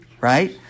right